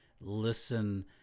listen